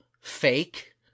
fake